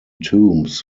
tombs